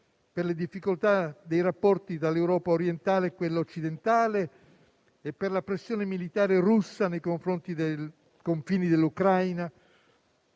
per le difficoltà dei rapporti tra l'Europa orientale e quella occidentale e per la pressione militare russa nei confronti dei confini dell'Ucraina,